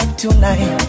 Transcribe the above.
tonight